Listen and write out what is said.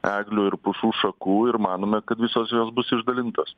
eglių ir pušų šakų ir manome kad visos jos bus išdalintos